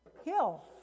hill